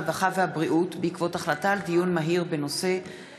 הרווחה והבריאות בעקבות דיון מהיר בהצעת